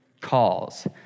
calls